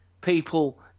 people